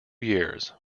years